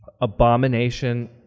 abomination